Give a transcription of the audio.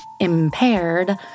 impaired